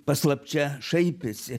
paslapčia šaipėsi